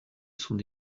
sont